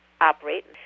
operate